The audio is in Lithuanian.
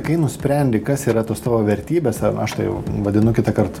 kai nusprendi kas yra tos tavo vertybės ar aš tai jau vadinu kitąkart